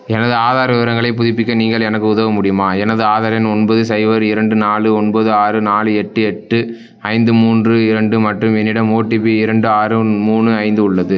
எனது ஆதார் விவரங்களைப் புதுப்பிக்க நீங்கள் எனக்கு உதவ முடியுமா எனது ஆதார் எண் ஒன்பது சைபர் இரண்டு நாலு ஒன்பது ஆறு நாலு எட்டு எட்டு ஐந்து மூன்று இரண்டு மற்றும் என்னிடம் ஓடிபி இரண்டு ஆறு மூணு ஐந்து உள்ளது